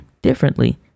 differently